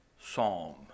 psalm